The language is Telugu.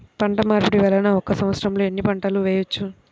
పంటమార్పిడి వలన ఒక్క సంవత్సరంలో ఎన్ని పంటలు వేయవచ్చు?